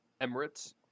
Emirates